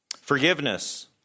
Forgiveness